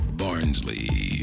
barnsley